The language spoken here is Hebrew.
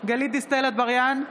גלית דיסטל אטבריאן,